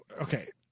okay